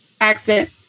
accent